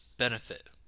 benefit